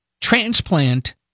transplant